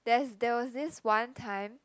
there's there was this one time